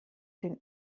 den